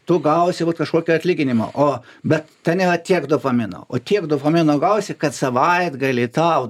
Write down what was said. tu gausi vat kažkokį atlyginimą o bet ten yra tiek dopamino o tiek dopamino gausi kad savaitgalį tau